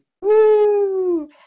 Woo